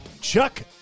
chuck